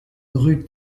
rue